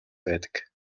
байдаг